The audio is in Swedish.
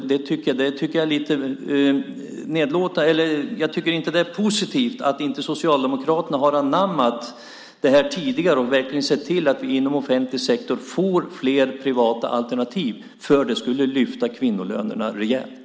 Jag tycker inte att det är positivt att Socialdemokraterna inte har anammat detta tidigare och verkligen sett till att vi inom offentlig sektor får fler privata alternativ. Det skulle öka kvinnolönerna rejält.